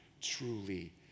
truly